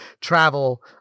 travel